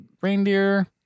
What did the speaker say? reindeer